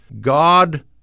God